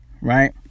right